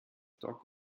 dock